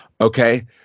Okay